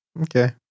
okay